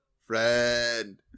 friend